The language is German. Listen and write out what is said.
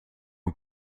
und